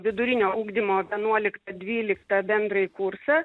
vidurinio ugdymo vienuoliktą dvyliktą bendrąjį kursą